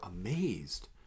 amazed